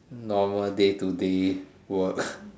normal day to day work